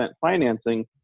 financing